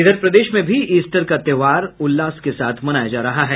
इधर प्रदेश में भी ईस्टर का त्योहार उल्लास के साथ मनाया जा रहा है